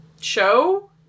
show